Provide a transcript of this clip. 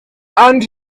and